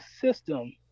system